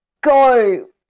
go